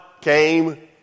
came